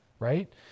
right